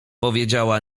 powiedziała